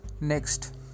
Next